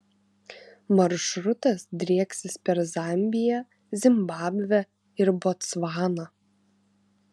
maršrutas drieksis per zambiją zimbabvę ir botsvaną